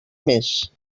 més